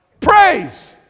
Praise